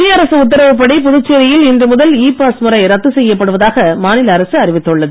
மத்திய அரசு உத்தரவுப்படி புதுச்சேரியில் இன்று முதல் இ பாஸ் முறை ரத்து செய்யப்படுவதாக மாநில அரசு அறிவித்துள்ளது